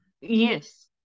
Yes